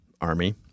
army